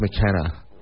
McKenna